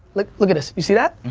look look at this, you see that.